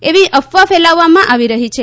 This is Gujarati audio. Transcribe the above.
એવી અફવા કેલાવવામાં આવી રહી છે